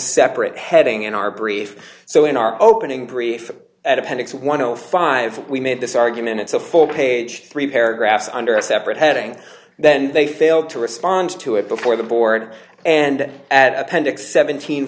separate heading in our brief so in our opening brief at appendix one dollar o five we made this argument it's a full page three paragraphs under a separate heading then they failed to respond to it before the board and at appendix seven